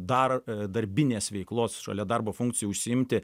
dar darbinės veiklos šalia darbo funkcijų užsiimti